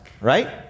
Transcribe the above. right